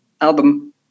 album